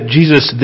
Jesus